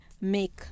make